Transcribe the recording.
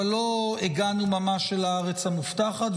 אבל לא הגענו ממש אל הארץ המובטחת.